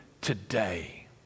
today